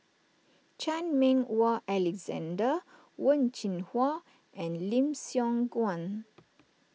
Chan Meng Wah Alexander Wen Jinhua and Lim Siong Guan